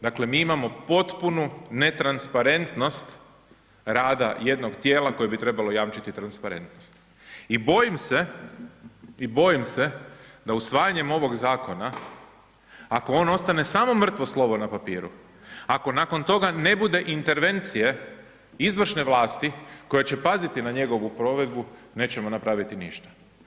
Dakle mi imamo potpunu netransparentnost rada jednog tijela koje bi trebalo jamčiti transparentnost i bojim se i bojim se da usvajanjem ovog zakona, ako on ostane samo mrtvo slovo na papiru, ako nakon toga ne bude intervencije izvršne vlasti koja će paziti na njegovu provedbu, nećemo napraviti ništa.